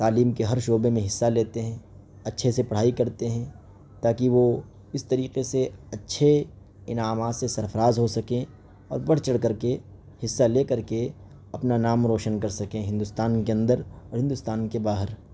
تعلیم کے ہر شعبے میں حصہ لیتے ہیں اچّھے سے پڑھائی کرتے ہیں تا کہ وہ اس طریقے سے اچھے انعامات سے سرفراز ہو سکیں اور بڑھ چڑھ کر کے حصّہ لے کر کے اپنا نام روشن کر سکیں ہندوستان کے اندر اور ہندوستان کے باہر